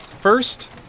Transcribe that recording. First